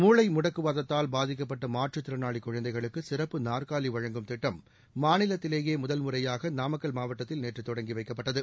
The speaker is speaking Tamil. மூளை முடக்குவாதத்தால் பாதிக்கப்பட்ட மாற்றுத் திறனாளி குழந்தைகளுக்கு சிறப்பு நாற்காலி வழங்கும் திட்டம் மாநிலத்திலேயே முதன்முறையாக நாமக்கல் மாவட்டத்தில் நேற்று தொடங்கி வைக்கப்பட்டது